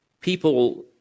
people